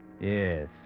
Yes